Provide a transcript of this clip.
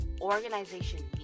organization